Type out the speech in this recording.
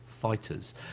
fighters